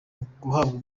guhabwa